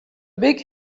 big